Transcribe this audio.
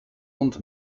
und